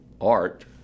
art